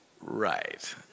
Right